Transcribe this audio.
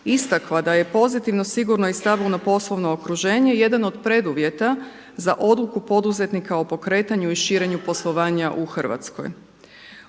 istakla da je pozitivno sigurno i stabilno poslovno okruženje jedan od preduvjeta za odluku poduzetnika o pokretanju i širenju poslovanja u Hrvatskoj.